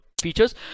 features